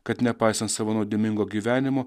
kad nepaisant savo nuodėmingo gyvenimo